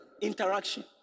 interaction